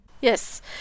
Yes